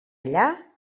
allà